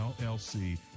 LLC